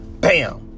Bam